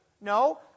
No